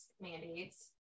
mandates